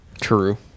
true